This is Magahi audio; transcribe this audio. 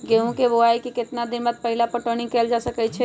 गेंहू के बोआई के केतना दिन बाद पहिला पटौनी कैल जा सकैछि?